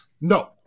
No